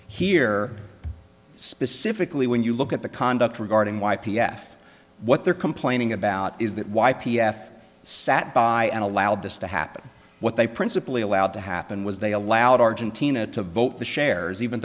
here specifically when you look at the conduct regarding why p f what they're complaining about is that why p f sat by and allowed this to happen what they principally allowed to happen was they allowed argentina to vote the shares even